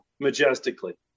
majestically